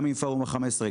גם עם פורום ה-15,